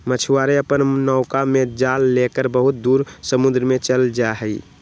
मछुआरे अपन नौका में जाल लेकर बहुत दूर समुद्र में चल जाहई